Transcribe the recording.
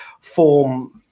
form